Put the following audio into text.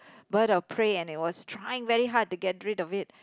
bird of prey and it was trying very hard to get rid of it